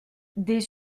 des